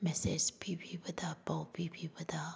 message ꯄꯤꯕꯤꯕꯗ ꯄꯥꯎ ꯄꯤꯕꯤꯕꯗ